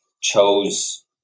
chose